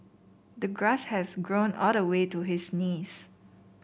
the grass has grown all the way to his knees